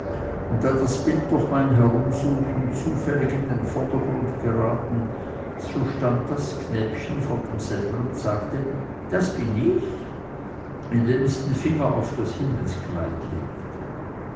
und da das bild durch mein herumsuchen zufällig in den vordergrund geraten so stand das knäbchen vor demselben und sagte das bin ich indem es den finger auf das himmelskind legte